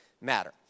matter